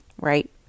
right